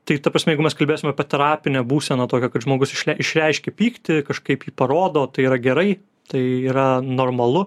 tai ta prasme jeigu mes kalbėsim apie terapinę būsena tokią kad žmogus išreiškia pyktį kažkaip jį parodo tai yra gerai tai yra normalu